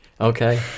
okay